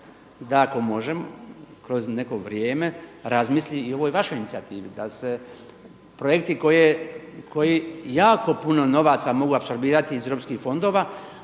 da ako može kroz neko vrijeme razmisli i o ovoj vašoj inicijativi da se projekti koji jako puno novaca mogu apsorbirati iz europskih fondova